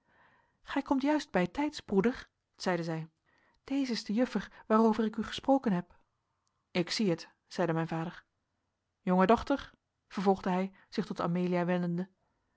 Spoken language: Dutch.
gij komt juist bijtijds broeder zeide zij deze is de juffer waarover ik u gesproken heb ik zie het zeide mijn vader jonge dochter vervolgde hij zich tot amelia wendende